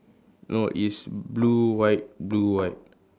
no it's blue white blue white